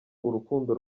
urukundo